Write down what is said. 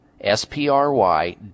S-P-R-Y